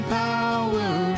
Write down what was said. power